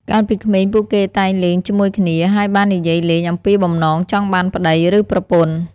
កាលពីក្មេង ពួកគេតែងលេងជាមួយគ្នា ហើយបាននិយាយលេងអំពីបំណងចង់បានប្តី ឬប្រពន្ធ។